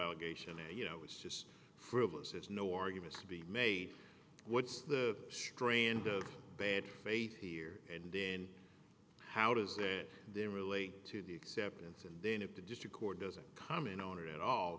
allegation a you know it's just frivolous it's no argument to be made what's the strength of bad faith here and then how does that there relate to the acceptance and then if the district court doesn't comment on it at all